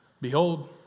Behold